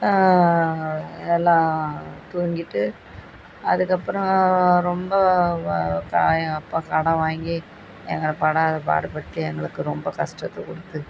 எல்லாம் தூங்கிவிட்டு அதுக்கப்புறம் ரொம்ப வ காயம் எங்கள் அப்பா கடன் வாங்கி எங்களை படாதபாடு படுத்தி எங்களுக்கு ரொம்ப கஷ்டத்த கொடுத்து